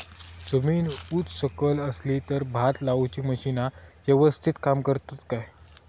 जमीन उच सकल असली तर भात लाऊची मशीना यवस्तीत काम करतत काय?